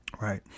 Right